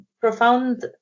profound